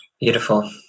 Beautiful